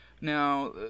Now